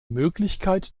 möglichkeit